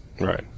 Right